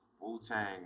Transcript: wu-tang